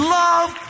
love